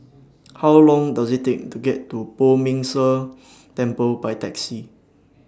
How Long Does IT Take to get to Poh Ming Tse Temple By Taxi